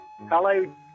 Hello